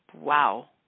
Wow